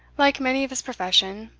like many of his profession,